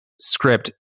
script